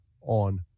on